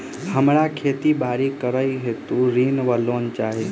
हमरा खेती बाड़ी करै हेतु ऋण वा लोन चाहि?